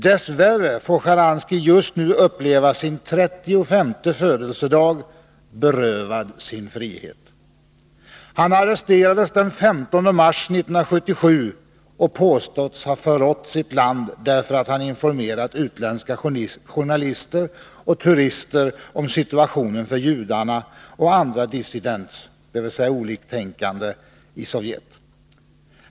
Dess värre får Sjtjaranskij just nu uppleva sin trettiofemte födelsedag berövad sin frihet. Han arresterades den 15 mars 1977 och påstods ha förrått sitt land därför att han informerat utländska journalister och turister om situationen för judarna och andra dissenter, dvs. oliktänkande, i Sovjet.